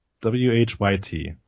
W-H-Y-T